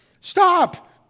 stop